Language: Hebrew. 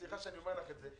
סליחה שאני אומר לך את זה,